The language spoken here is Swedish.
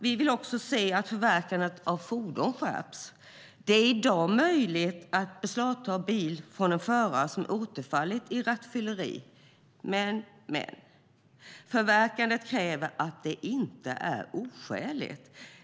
Vi vill se att förverkandet av fordon skärps. Det är i dag möjligt att beslagta bilen från en förare som återfallit i rattfylleri, men förverkandet kräver att det inte är oskäligt.